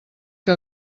que